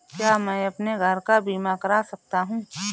क्या मैं अपने घर का बीमा करा सकता हूँ?